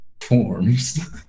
forms